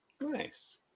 Nice